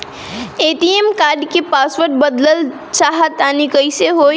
ATM card क password बदलल चाहा तानि कइसे होई?